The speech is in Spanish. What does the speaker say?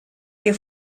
que